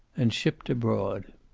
and shipped abroad.